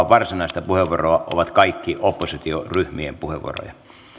varsinaista puheenvuoroa ovat kaikki oppositioryhmien puheenvuoroja